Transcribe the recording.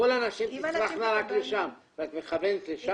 כל הנשים תצרכנה רק לשם, ואת מכוונת לשם?